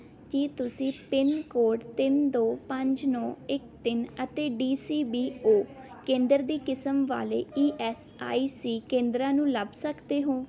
ਕੀ ਤੁਸੀਂ ਪਿੰਨਕੋਡ ਤਿੰਨ ਦੋ ਪੰਜ ਨੌਂ ਇੱਕ ਤਿੰਨ ਅਤੇ ਡੀ ਸੀ ਬੀ ਓ ਕੇਂਦਰ ਦੀ ਕਿਸਮ ਵਾਲੇ ਈ ਐੱਸ ਆਈ ਸੀ ਕੇਂਦਰਾਂ ਨੂੰ ਲੱਭ ਸਕਦੇ ਹੋ